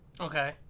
Okay